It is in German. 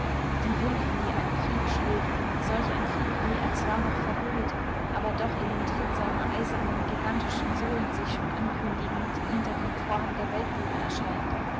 die wunden die ein krieg schlägt solch ein krieg wie er zwar noch verhüllt aber doch in dem tritt seiner eisernen gigantischen sohlen sich schon ankündigend hinter dem vorhang der weltbühne erscheint